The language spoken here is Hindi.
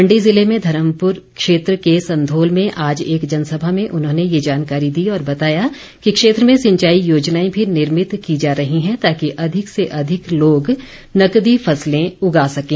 मंडी जिले में धर्मपुर क्षेत्र के संधोल में आज एक जनसभा में उन्होंने ये जानकारी दी और बताया कि क्षेत्र में सिंचाई योजनाएं भी निर्मित की जा रही हैं ताकि अधिक से अधिक लोग नकदी फसलें उगा सकें